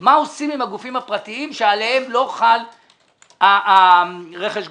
מה עושים עם הגופים הפרטיים שעליהם לא חל רכש הגומלין.